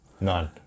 None